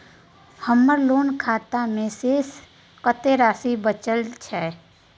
हमर लोन खाता मे शेस कत्ते राशि बचल छै?